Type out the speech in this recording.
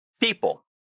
people